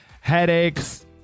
headaches